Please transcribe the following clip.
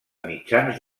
mitjans